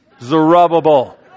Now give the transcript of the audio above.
Zerubbabel